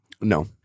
No